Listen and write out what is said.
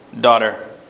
daughter